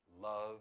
love